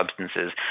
substances